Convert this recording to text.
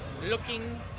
looking